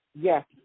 Yes